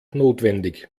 notwendig